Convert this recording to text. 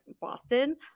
boston